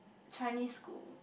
Chinese school